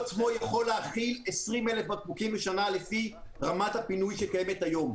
הכלוב עצמו יכול להכיל 20 בקבוקים בשנה לפי רמת הפינוי שקיימת היום.